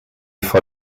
vor